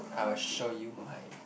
I will show you my